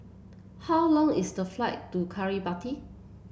how long is the flight to Kiribati